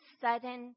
sudden